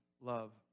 love